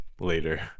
later